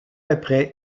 après